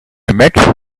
met